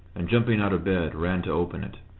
and jumping out of bed, ran to open it.